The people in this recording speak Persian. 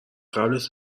قبلش